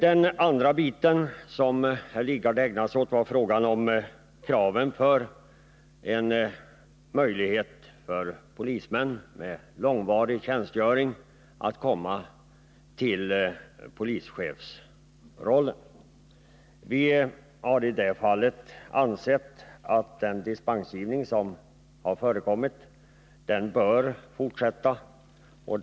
Den andra biten som herr Lidgard ägnade sig åt gällde frågan om kraven på en möjlighet för polismän med långvarig tjänstgöring att komma till polischefsrollen. Vi har i det avseendet ansett att den dispensgivning som har förekommit bör få fortsätta.